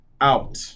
out